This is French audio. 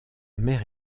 mère